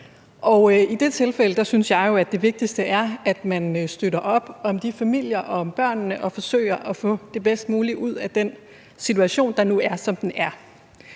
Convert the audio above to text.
det vigtigste er, at man støtter op om de familier og om børnene og forsøger at få det bedst mulige ud af den situation, der nu er,